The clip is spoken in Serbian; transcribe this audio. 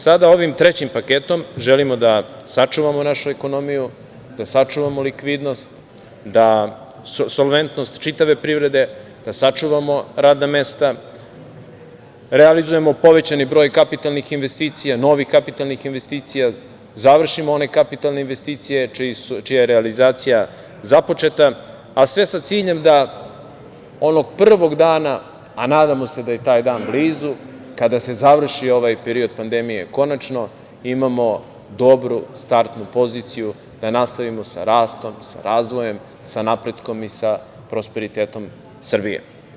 Sada ovim trećim paketom želimo da sačuvamo našu ekonomiju, da sačuvamo likvidnost, solventnost čitave privrede, da sačuvamo radna mesta, realizujemo povećani broj kapitalnih investicija, novih kapitalnih investicija, završimo one kapitalne investicije čija je realizacija započeta, a sve sa ciljem da onog prvog dana, a nadamo se da je taj dan blizu, kada se završi ovaj period pandemije konačno, imamo dobru startnu poziciju da nastavimo sa rastom, sa razvojem, sa napretkom i sa prosperitetom Srbije.